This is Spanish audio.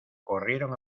corrieron